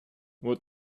what